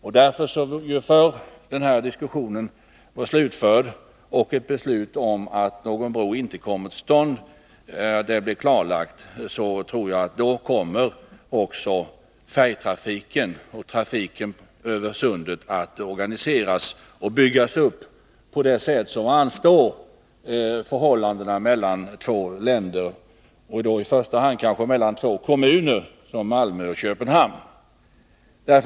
När den här diskussionen slutförts och det blir klarlagt att någon bro inte kommer till stånd, då tror jag också att färjetrafiken och trafiken över sundet kommer att organiseras och byggas upp på det sätt som anstår förhållandena mellan två länder och kanske i första hand de två kommunerna, Malmö och Köpenhamn.